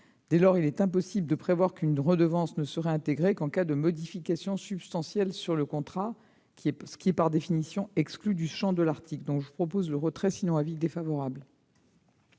Dès lors, il est impossible de prévoir qu'une redevance ne sera intégrée qu'en cas de modification substantielle sur le contrat, ce qui est par définition exclu du champ de l'article. J'invite donc les auteurs de cet amendement à le